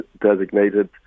designated